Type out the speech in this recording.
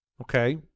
Okay